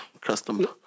custom